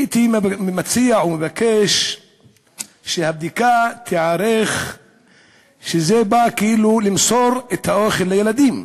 הייתי מציע ומבקש שהבדיקה תיערך כשבאים למסור את האוכל לילדים,